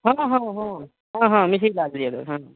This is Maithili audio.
हँ हँ हँ हँ हँ मिसरी लाल यादव हँ